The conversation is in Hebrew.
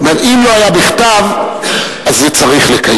הוא אומר: אם לא היה בכתב אז צריך לקיים.